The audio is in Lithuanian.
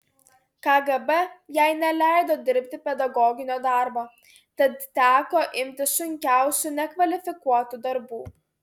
kgb jai neleido dirbti pedagoginio darbo tad teko imtis sunkiausių nekvalifikuotų darbų